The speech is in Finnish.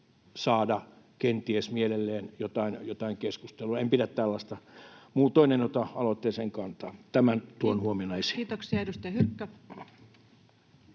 saada kenties mielelleen jotain keskustelua. En pidä tällaisesta. Muutoin en ota aloitteeseen kantaa. Tämän tuon huomiona esiin. [Speech 195]